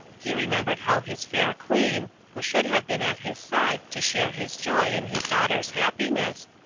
he remembered how his fair queen, who should have been at his side to share his joy in his daugh ter's happiness,